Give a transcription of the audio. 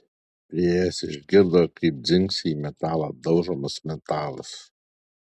priėjęs išgirdo kaip dzingsi į metalą daužomas metalas